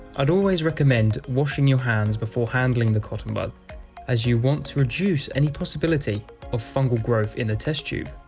i'd always recommend washing your hands before handling the cotton buds as you want to reduce any possibility of fungal growth in the test tube.